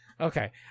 okay